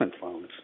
phones